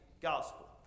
gospel